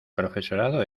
profesorado